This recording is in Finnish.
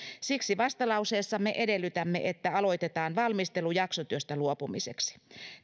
siksi vastalauseessamme edellytämme että aloitetaan valmistelu jaksotyöstä luopumiseksi